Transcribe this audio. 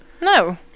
No